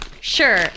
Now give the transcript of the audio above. Sure